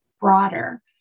broader